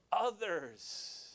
others